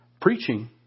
Preaching